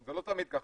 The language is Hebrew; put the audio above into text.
זה לא תמיד ככה.